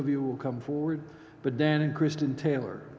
of you will come forward but then in kristen taylor